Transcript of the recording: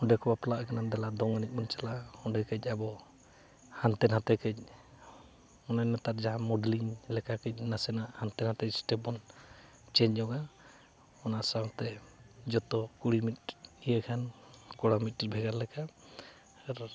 ᱚᱸᱰᱮ ᱠᱚ ᱵᱟᱯᱞᱟᱜ ᱠᱟᱱᱟ ᱫᱮᱞᱟ ᱫᱚᱝ ᱮᱱᱮᱡ ᱵᱚᱱ ᱪᱟᱞᱟᱜᱼᱟ ᱚᱸᱰᱮ ᱠᱟᱹᱡ ᱟᱵᱚ ᱦᱟᱱᱛᱮ ᱱᱟᱛᱮ ᱠᱟᱹᱡ ᱚᱱᱮ ᱱᱮᱛᱟᱨ ᱡᱟᱦᱟᱸ ᱢᱚᱰᱮᱞᱤᱝ ᱞᱮᱠᱟ ᱠᱟᱹᱡ ᱱᱟᱥᱮᱱᱟᱜ ᱦᱟᱱᱛᱮ ᱱᱟᱛᱮ ᱮᱥᱴᱮᱯ ᱵᱚᱱ ᱪᱮᱧᱡᱽ ᱧᱚᱜᱟ ᱚᱱᱟ ᱥᱟᱶᱛᱮ ᱡᱚᱛᱚ ᱠᱩᱲᱤ ᱢᱤᱫ ᱤᱭᱟᱹᱠᱷᱟᱱ ᱠᱚᱲᱟ ᱢᱤᱫᱴᱤᱡ ᱵᱷᱮᱜᱟᱨ ᱞᱮᱠᱟᱱ ᱟᱨ